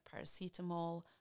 paracetamol